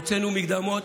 הוצאנו מקדמות,